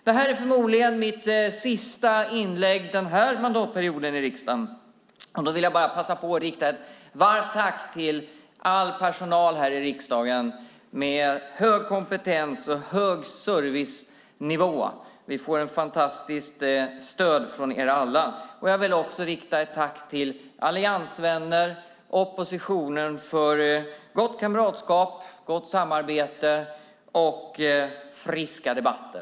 Detta är förmodligen mitt sista inlägg i riksdagen den här mandatperioden, och då vill jag passa på att rikta ett varmt tack till all personal här i riksdagen med hög kompetens och hög servicenivå. Vi får ett fantastiskt stöd från er alla. Jag vill också rikta ett tack till alliansvänner och oppositionen för gott kamratskap, gott samarbete och friska debatter.